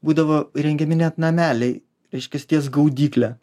būdavo įrengiami net nameliai reiškias ties gaudykle